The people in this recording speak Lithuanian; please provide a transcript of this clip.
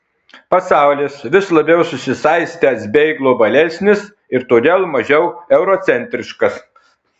pasaulis vis labiau susisaistęs bei globalesnis ir todėl mažiau eurocentriškas